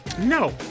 No